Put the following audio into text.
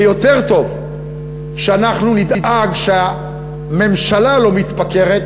כי יותר טוב שאנחנו נדאג שהממשלה לא מתפקרת,